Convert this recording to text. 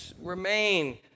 remain